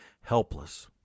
helpless